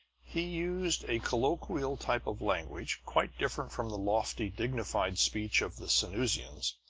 he used a colloquial type of language, quite different from the lofty, dignified speech of the sanusians.